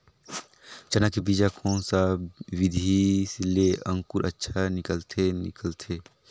चाना के बीजा कोन सा विधि ले अंकुर अच्छा निकलथे निकलथे